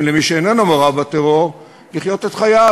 למי שאיננו מעורב בטרור לחיות את חייו,